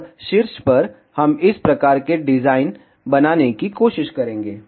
और शीर्ष पर हम इस प्रकार के डिजाइन बनाने की कोशिश करेंगे